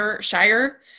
shire